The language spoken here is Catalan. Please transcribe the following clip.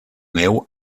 neu